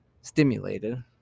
stimulated